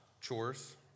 chores